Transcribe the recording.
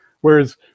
whereas